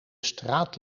straat